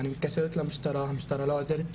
אני מתקשרת למשטרה, והמשטרה לא עוזרת לי.